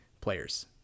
players